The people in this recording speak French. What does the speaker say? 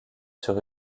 sur